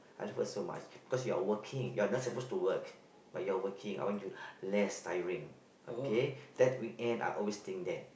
I love her so much because you're working you're not suppose to work but you're working I want you less tiring okay then weekend I always think that